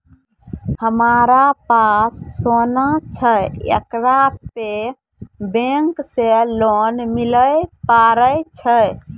हमारा पास सोना छै येकरा पे बैंक से लोन मिले पारे छै?